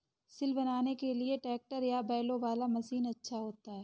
सिल बनाने के लिए ट्रैक्टर वाला या बैलों वाला मशीन अच्छा होता है?